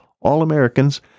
All-Americans